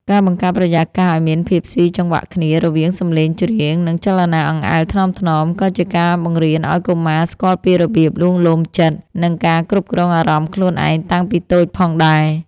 ការបង្កើតបរិយាកាសឱ្យមានភាពស៊ីចង្វាក់គ្នា រវាងសំឡេងច្រៀង និងចលនាអង្អែលថ្នមៗ ក៏ជាការបង្រៀនឱ្យកុមារស្គាល់ពីរបៀបលួងលោមចិត្ត និងការគ្រប់គ្រងអារម្មណ៍ខ្លួនឯងតាំងពីតូចផងដែរ។